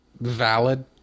valid